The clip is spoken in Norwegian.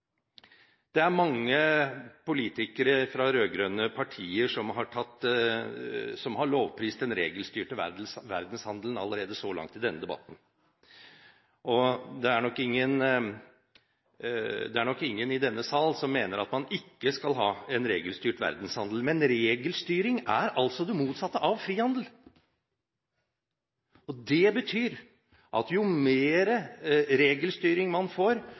Det er mange politikere fra rød-grønne partier som har lovprist den regelstyrte verdenshandelen allerede i denne debatten, og det er nok ingen i denne salen som mener at man ikke skal ha en regelstyrt verdenshandel, men regelstyring er det motsatte av frihandel. Det betyr at jo mer regelstyring man får,